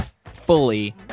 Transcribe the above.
fully